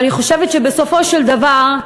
ואני חושבת שבסופו של דבר,